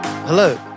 Hello